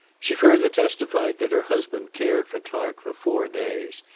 she further testified that her husband cared for clark for four days,